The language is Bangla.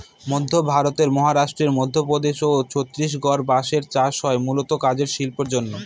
মধ্য ভারতের মহারাষ্ট্র, মধ্যপ্রদেশ ও ছত্তিশগড়ে বাঁশের চাষ হয় মূলতঃ কাগজ শিল্পের জন্যে